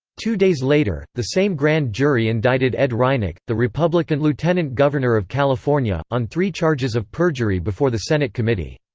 two days later, the same grand jury indicted ed reinecke, the republican lieutenant governor of california, on three charges of perjury before the senate committee.